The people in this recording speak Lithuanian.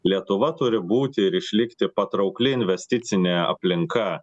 lietuva turi būti ir išlikti patraukli investicinė aplinka